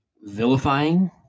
vilifying